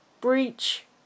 Breach